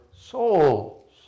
souls